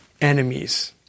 enemies